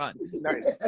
Nice